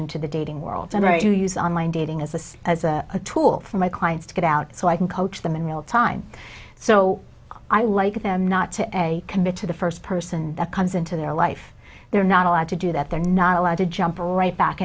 into the dating world and right you use online dating as a see as a tool for my clients to get out so i can coach them in real time so i like them not to a commit to the first person that comes into their life they're not allowed to do that they're not allowed to jump right back